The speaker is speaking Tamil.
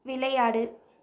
விளையாடு